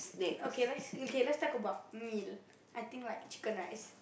okay let's okay let's talk about meal I think like chicken rice